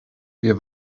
wir